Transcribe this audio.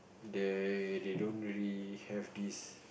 they they don't really have this